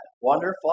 wonderful